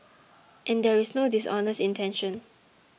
and there is no dishonest intention